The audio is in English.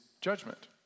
judgment